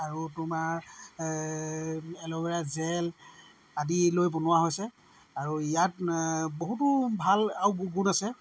আৰু তোমাৰ এই এল'ভেৰা জেল আদি লৈ বনোৱা হৈছে আৰু ইয়াত বহুতো ভাল গুণ আছে